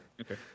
Okay